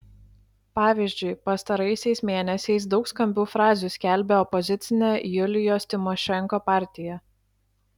pavyzdžiui pastaraisiais mėnesiais daug skambių frazių skelbia opozicinė julijos tymošenko partija